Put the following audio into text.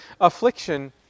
affliction